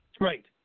Right